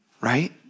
right